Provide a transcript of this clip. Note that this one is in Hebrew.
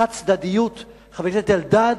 החד-צדדיות, חבר הכנסת אלדד,